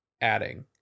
adding